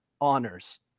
Honors